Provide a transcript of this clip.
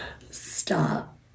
stop